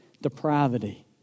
depravity